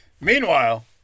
Meanwhile